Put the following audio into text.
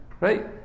right